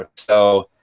ah so